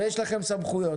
ויש לכם סמכויות.